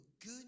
good